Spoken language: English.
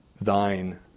thine